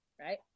right